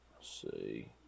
see